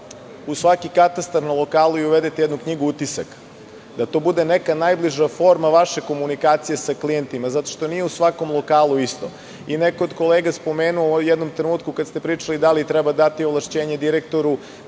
u svaki katastar na lokalu uvedete i jednu knjigu utisaka, da to bude neka najbliža forma vaše komunikacije sa klijentima, zato što nije u svakom lokalu isto. Neko od kolega je spomenuo u jednom trenutku, kada ste pričali da li treba dati ovlašćenje direktoru